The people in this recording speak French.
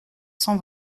cent